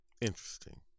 Interesting